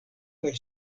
kaj